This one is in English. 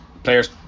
Players